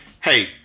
hey